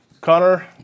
Connor